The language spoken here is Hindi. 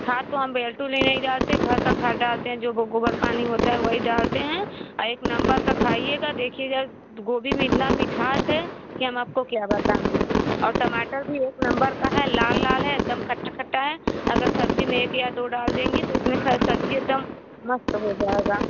खाद तो हम बिलकुल ही नहीं डालते घर का खाद डालते हैं जो गोबर पानी होता है वही डालते हैं एक नम्बर का खाइएगा देखिएगा गोभी में इतना मिठास है कि हम आपको क्या बताएँ और टमाटर भी एक नम्बर का है लाल लाल है एकदम खट्टा खट्टा है अगर सब्जी में एक या दो डाल देंगी तो उसमें सब्जी एकदम मस्त हो जाएगा